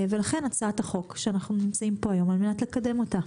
ולכן יש את הצעת החוק שאנחנו מציגים פה היום על מנת לקדם אותה.